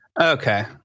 Okay